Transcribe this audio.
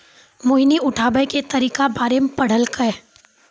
मोहिनी उठाबै के तरीका बारे मे पढ़लकै